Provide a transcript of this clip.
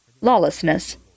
lawlessness